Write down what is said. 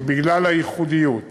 בגלל הייחודיות,